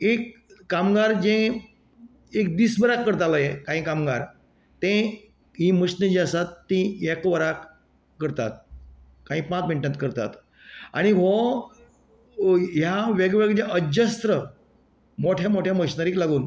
एक कामगार जें एक दिसभराक करताले काहीं कामगार ते ही मशिनां जीं आसात ती एक वराक करतात काही पांच मिनटांत करतात आनी हो ह्या वेगळे वेगळे ज्या अज्यस्त्र मोठ्या मोठ्या मशिनरीक लागून